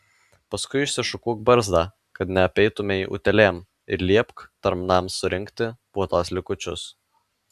paskui išsišukuok barzdą kad neapeitumei utėlėm ir liepk tarnams surinkti puotos likučius